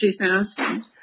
2000